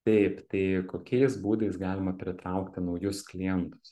taip tai kokiais būdais galima pritraukti naujus klientus